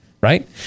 right